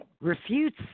refutes